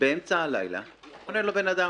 באמצע הלילה וחונה לו שם אדם,